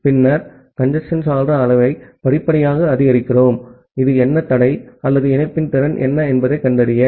பின்னர் கஞ்சேஸ்ன் சாளர அளவை படிப்படியாக அதிகரிக்கிறோம் இது என்ன தடை அல்லது இணைப்பின் திறன் என்ன என்பதைக் கண்டறிய